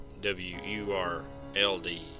W-U-R-L-D